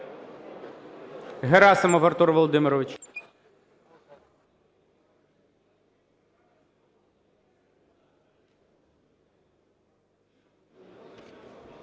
Герасимов Артур Володимирович.